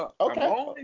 Okay